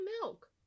milk